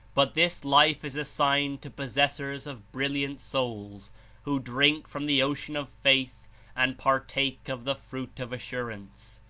but this life is assigned to possessors of brilliant souls who drink from the ocean of faith and partake of the fruit of assurance.